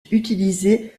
utilisée